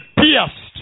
pierced